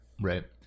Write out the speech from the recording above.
right